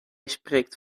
spreekt